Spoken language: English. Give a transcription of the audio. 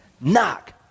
knock